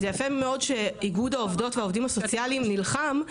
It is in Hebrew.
זה יפה מאוד שאיגוד העובדות והעובדים הסוציאליים נלחם,